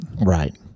Right